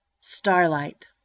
Starlight